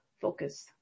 focus